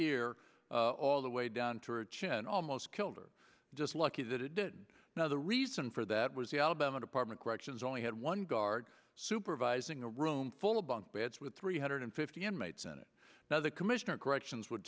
ear all the way down to a chin almost killed or just lucky that it did now the reason for that was the alabama department corrections only had one guard supervising a room full of bunk beds with three hundred fifty inmates in it now the commissioner corrections would